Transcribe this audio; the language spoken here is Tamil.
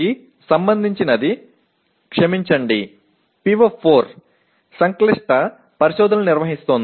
PO4 தொடர்புடையது மன்னிக்கவும் PO4 சிக்கலான விசாரணைகளை நடத்தி வருகிறது